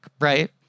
Right